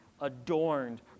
adorned